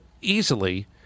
easily